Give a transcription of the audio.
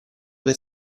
per